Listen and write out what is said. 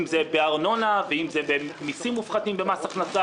אם בארנונה ואם במסים מופחתים במס הכנסה